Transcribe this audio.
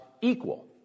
equal